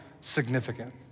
significant